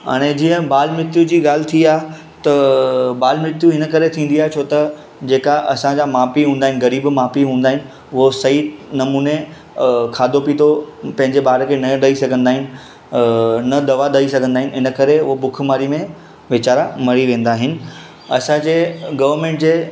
हाणे जीअं ॿाल मृत्यु जी ॻाल्हि थी आहे त ॿाल मृत्यु हिन करे थींदी आहे छो त जेका असांजा माउ पीउ हूंदा आहिनि ग़रीब हूंदा आहिनि उहे सही नमूने खाधो पीतो पंहिंजे ॿार खे न ॾेई सघंदा आहिनि न दवा ॾेई सघंदा आहिनि इनकरे उहे भुखमारी में वेचारा मरी वेंदा आहिनि असांजे गवर्मेंट जे